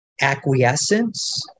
Acquiescence